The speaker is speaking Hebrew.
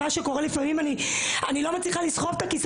לפעמים אני לא מצליחה לסחוב את כיסא